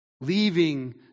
leaving